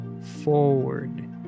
forward